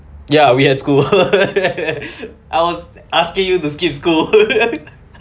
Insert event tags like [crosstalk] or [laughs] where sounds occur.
ya we had school [laughs] I was asking you to skip school [laughs]